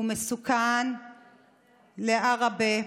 הוא מסוכן לעראבה,